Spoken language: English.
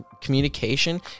communication